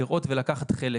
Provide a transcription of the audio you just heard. לראות ולקחת חלק.